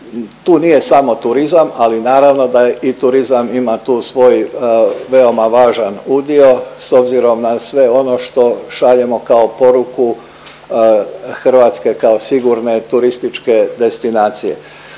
tu nije samo turizam, ali naravno da je i turizam ima tu svoj veoma važan udio s obzirom na sve ono što šaljemo kao poruku Hrvatske kao sigurne turističke destinacije.